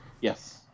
Yes